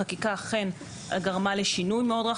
החקיקה אכן גרמה לשינוי מאוד רחב.